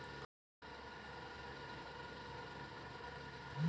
हमार खाता खोले के बा?